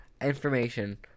information